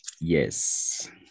Yes